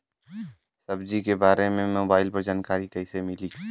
सब्जी के बारे मे मोबाइल पर जानकारी कईसे मिली?